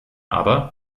aber